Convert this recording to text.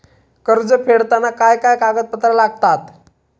कर्ज फेडताना काय काय कागदपत्रा लागतात?